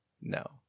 no